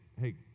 hey